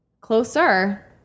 Closer